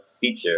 feature